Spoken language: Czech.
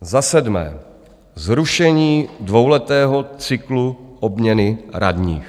Za sedmé zrušení dvouletého cyklu obměny radních.